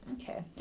Okay